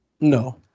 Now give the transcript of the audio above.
No